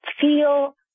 feel